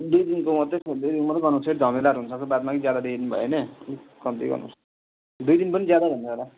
दुई दिनको मात्रै दुई दिनको मात्रै बनाउँछु है बादमा झमेलाहरू बनाउँछु कि ज्यादा दिन भयो भने कम्ती गर्नुपर्छ दुई दिन पनि ज्यादा हुन्छ